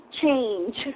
change